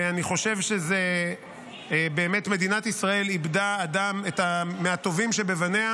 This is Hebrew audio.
ואני חושב שמדינת ישראל איבדה אדם מהטובים שבבניה